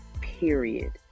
Period